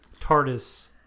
TARDIS